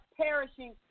Perishing